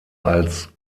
als